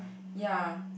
ya